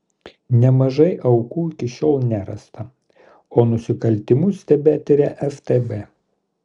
nemažai aukų iki šiol nerasta o nusikaltimus tebetiria ftb